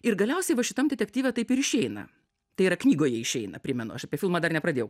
ir galiausiai va šitam detektyve taip ir išeina tai yra knygoje išeina primenu aš apie filmą dar nepradėjau